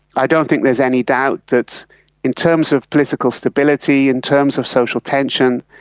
i don't think there's any doubt that in terms of political stability, in terms of social tension,